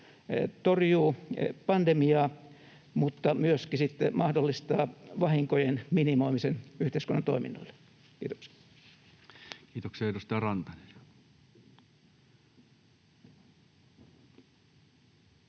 torjuu pandemiaa mutta sitten myöskin mahdollistaa vahinkojen minimoimisen yhteiskunnan toiminnoille. — Kiitoksia. Kiitoksia. — Ja edustaja Rantanen.